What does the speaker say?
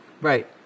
Right